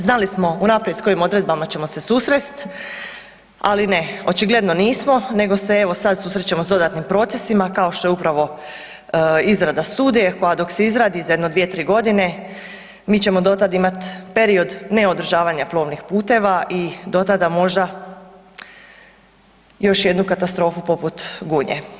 Znali smo unaprijed s kojim odredbama ćemo se susresti, ali ne, očigledno nismo nego se evo sad susrećemo s dodatnim procesima kao što je upravo izrada studije koja dok se izradi za jedno 2-3 godine mi ćemo do tada imati period neodržavanja plovnih puteva i do tada možda još jednu katastrofu poput Gunje.